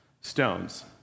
stones